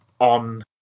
on